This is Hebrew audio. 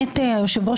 היושב-ראש,